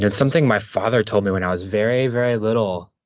yeah something my father told me when i was very very little,